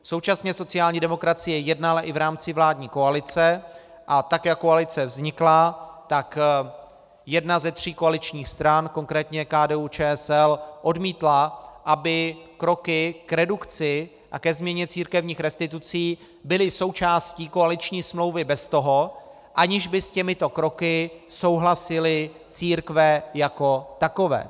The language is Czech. Současně sociální demokracie jednala i v rámci vládní koalice, a tak jak koalice vznikla, tak jedna ze tří koaličních stran, konkrétně KDUČSL, odmítla, aby kroky k redukci a ke změně církevních restitucí byly součástí koaliční smlouvy bez toho, aniž by s těmito kroky souhlasily církve jako takové.